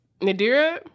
Nadira